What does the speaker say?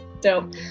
dope